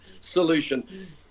solution